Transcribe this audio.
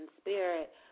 Spirit